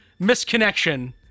Misconnection